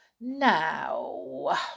Now